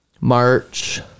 March